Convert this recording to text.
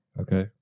Okay